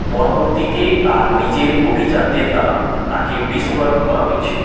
পরবর্তীতে তার নিজের অভিজাতদের দ্বারা তাকে বিষ প্রয়োগ করা হয়েছিল